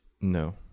No